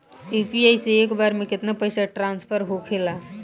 UPI से एक बार मे केतना पैसा ट्रस्फर होखे ला?